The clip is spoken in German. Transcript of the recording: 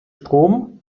strom